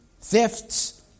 thefts